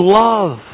love